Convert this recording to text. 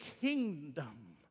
kingdom